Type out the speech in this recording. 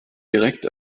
direkt